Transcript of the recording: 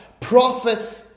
prophet